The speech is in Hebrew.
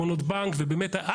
בחותמת, בא